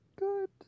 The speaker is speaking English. good